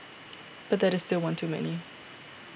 but that is still one too many